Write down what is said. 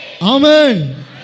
Amen